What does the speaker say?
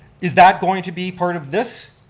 is that going to be part of this?